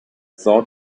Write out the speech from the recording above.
saw